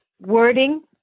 wording